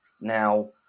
Now